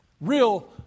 real